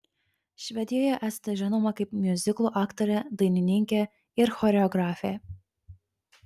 švedijoje esate žinoma kaip miuziklų aktorė dainininkė ir choreografė